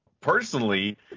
personally